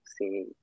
see